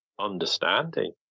understanding